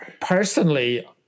personally